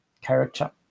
character